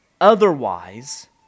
otherwise